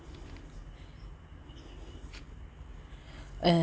uh